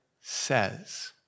says